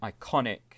iconic